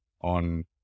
on